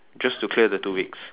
just to clear the two weeks